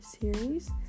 series